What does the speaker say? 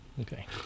Okay